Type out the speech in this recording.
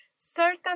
Certain